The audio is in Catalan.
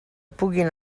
puguin